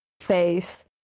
face